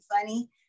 funny